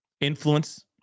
influence